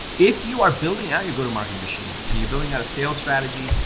if you are building out your go-to-market machine and you're building out a sales strategy,